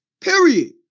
Period